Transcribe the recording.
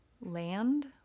land